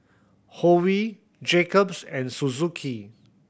Hoyu Jacob's and Suzuki